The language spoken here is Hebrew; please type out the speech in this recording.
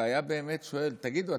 הוא היה באמת שואל: תגידו,